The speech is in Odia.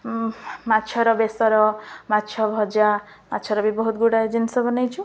ମାଛର ବେସର ମାଛ ଭଜା ମାଛର ବି ବହୁତ ଗୁଡ଼ାଏ ଜିନିଷ ବନାଇଛୁ